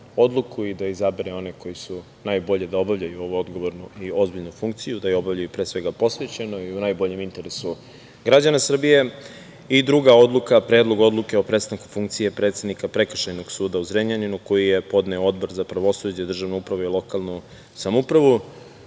i da izabere one koji su najbolji da obavljaju ovu odgovornu i ozbiljnu funkciju, da je obavljaju pre svega posvećeno i u najboljem interesu građana Srbije. Druga odluka je Predlog odluke o prestanku funkcije predsednika Prekršajnog suda u Zrenjaninu, koji je podneo Odbor za pravosuđe, državnu upravu i lokalnu samoupravu.